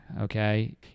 okay